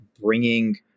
bringing